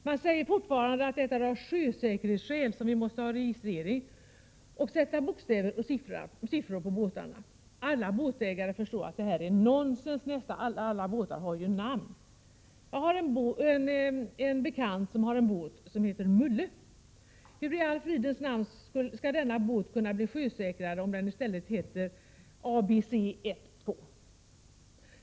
Man säger fortfarande att det är av sjösäkerhetsskäl som vi måste ha registrering och sätta bokstäver och siffror på båtarna. Alla båtägare förstår att detta är nonsens, nästan alla båtar har ju namn. Jag har en bekant som har en båt som heter Mulle. Hur i alla fridens namn skall denna båt kunna bli sjösäkrare, om den i stället heter ABC12?